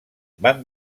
van